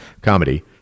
comedy